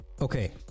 Okay